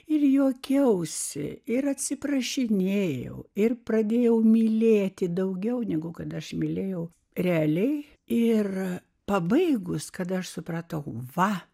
ir juokiausi ir atsiprašinėjau ir pradėjau mylėti daugiau negu kad aš mylėjau realiai ir pabaigus kad aš supratau va